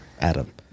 Adam